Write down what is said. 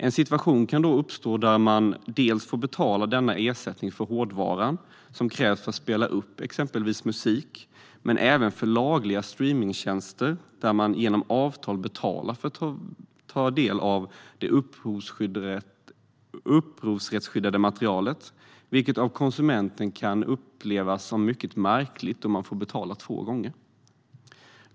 En situation kan uppstå då man får betala ersättning dels för den hårdvara som krävs för att spela upp exempelvis musik, dels för lagliga streamningstjänster där man genom avtal betalar för att ta del av det upphovsrättsskyddade materialet. Detta kan av konsumenten upplevas som mycket märkligt, eftersom man betalar två gånger.